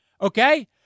okay